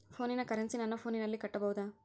ಫೋನಿನ ಕರೆನ್ಸಿ ನನ್ನ ಫೋನಿನಲ್ಲೇ ಕಟ್ಟಬಹುದು?